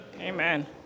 Amen